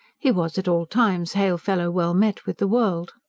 he was at all times hail-fellow-well-met with the world.